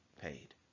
paid